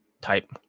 type